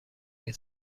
این